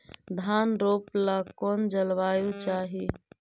धान रोप ला कौन जलवायु चाही?